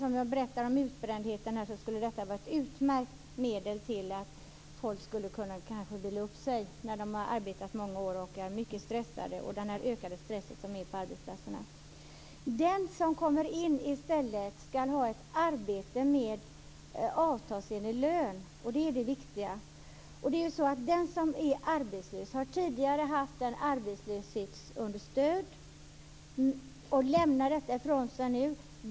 Vi talade om utbrändhet tidigare, och detta skulle vara ett utmärkt medel för att folk skulle kunna vila upp sig när de har arbetat många år och är mycket stressade. Stressen har ju ökat på arbetsplatserna. Den som kommer in på arbetsmarknaden i stället skall ha ett arbete med avtalsenlig lön, och det är det viktiga. Den som är arbetslös har tidigare haft arbetslöshetsunderstöd och lämnar detta ifrån sig.